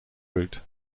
route